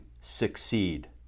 succeed